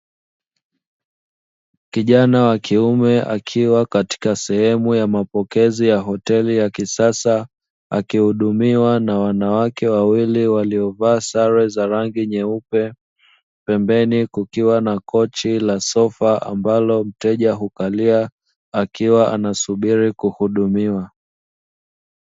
Kijana wa kiume akiwa katika sehemu ya mapokezi ya hoteli ya kisasa akihudumiwa na wanawake wawili waliovaa sare za rangi nyeupe, pembeni kukiwa na kochi la sofa ambalo mteja hukalia akiwa anasubiri kuhudumiwa.